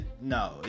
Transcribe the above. no